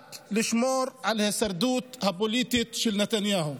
רק לשמור על ההישרדות הפוליטית של נתניהו.